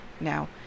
Now